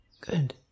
Good